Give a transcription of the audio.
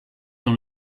dans